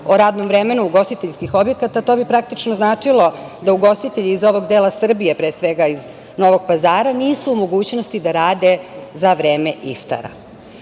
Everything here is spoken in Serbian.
o radnom vremenu ugostiteljskih objekata, to bi praktično značilo da ugostitelji iz ovog dela Srbije, pre svega iz Novog Pazara nisu u mogućnosti da rade za vreme iftara.